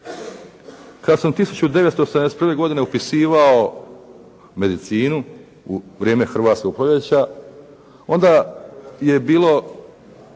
Kada sam 1971. godine upisivao medicinu u vrijeme „Hrvatskog proljeća“, onda je bilo